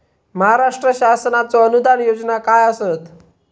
महाराष्ट्र शासनाचो अनुदान योजना काय आसत?